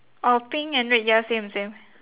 orh pink and red ya same same